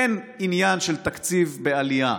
אין עניין של תקציב בעלייה.